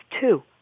two